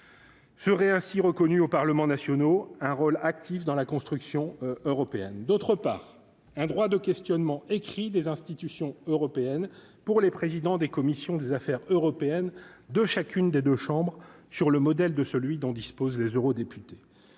Seraient ainsi reconnus aux Parlements nationaux un rôle actif dans la construction européenne, d'autre part, un droit de questionnement écrit des institutions européennes pour les présidents des commissions des Affaires européennes de chacune des 2 chambres, sur le modèle de celui dont disposent les eurodéputés